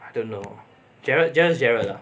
I don't know gerald just gerald lah